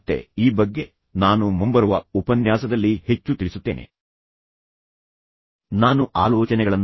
ಈಗ ಅರಿವಿನ ಪುನರ್ರಚನೆಯಲ್ಲಿ ಪರಿಸ್ಥಿತಿಯನ್ನು ಎಷ್ಟು ಉತ್ತಮವಾಗಿ ತಪ್ಪಿಸಬಹುದೆಂದು ಅವರಿಗೆ ತಿಳಿಸಿ ಮೊದಲನೆಯದಾಗಿ ಹೋಲಿಕೆಯನ್ನು ನಿಲ್ಲಿಸುವುದು ಹೇಗೆ